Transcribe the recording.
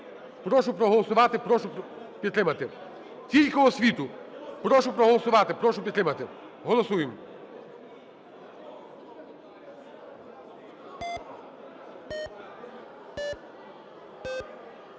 прошу проголосувати, прошу підтримати. Тільки освіту. Прошу проголосувати, прошу підтримати. Голосуємо.